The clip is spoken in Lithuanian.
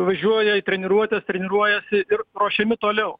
važiuoja į treniruotes treniruojasi ir ruošiami toliau